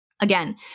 Again